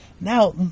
now